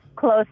Close